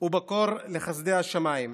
ובקור לחסדי השמיים.